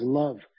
love